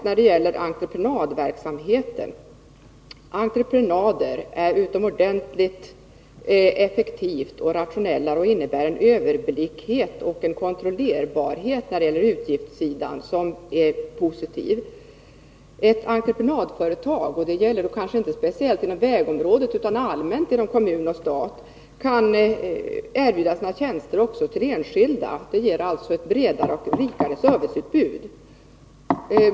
När det gäller entreprenadverksamheten vill jag rent allmänt säga att entreprenader är utomordentligt effektiva och rationella och innebär en överblickbarhet och kontrollerbarhet beträffande utgiftssidan som är positiv. Ett entreprenadföretag — och det gäller inte speciellt på vägområdet utan allmänt inom kommun och stat — kan oftast erbjuda sina tjänster också till enskilda. Det ger alltså ett bredare och rikare serviceutbud.